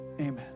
Amen